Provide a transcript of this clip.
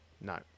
no